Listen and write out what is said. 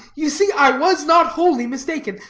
you see, i was not wholly mistaken.